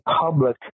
public